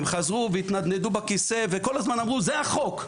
הם חזרו והתנדנדו בכיסא וכל הזמן אמרו: זה החוק.